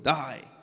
die